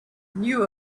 knew